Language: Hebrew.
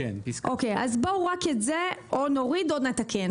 אז בואו רק את זה או נוריד או נתקן.